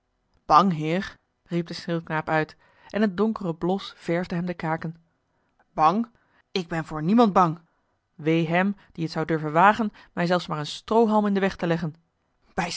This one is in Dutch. bang heer riep de schildknaap uit en een donkere blos verfde hem de kaken bang ik ben voor niemand bang wee hem die het zou durven wagen mij zelfs maar een stroohalm in den weg te leggen bij